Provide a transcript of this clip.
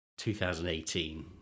2018